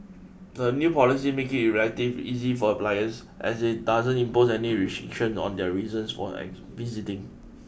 the new policy makes it relatively easy for applicants as it doesn't impose any restrictions on their reasons for visiting